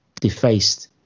defaced